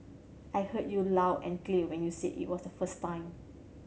I heard you loud and clear when you said it was the first time